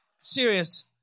Serious